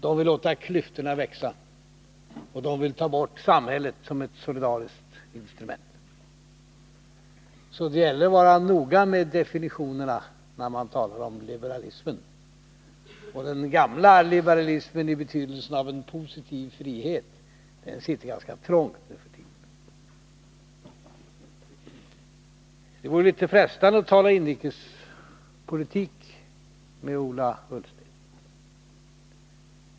De vill låta klyftorna växa, och de vill ta bort samhället som ett solidaritetens instrument. Så det gäller att vara noga med definitionerna när man talar om liberalismen. Den gamla liberalismen i betydelsen av en positiv frihet sitter ganska trångt nu för tiden. Det är mycket frestande att tala inrikespolitik med Ola Ullsten.